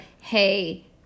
hey